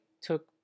took